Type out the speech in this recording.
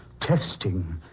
testing